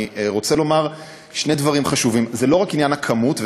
אני רוצה לומר שני דברים חשובים: זה לא רק עניין הכמות,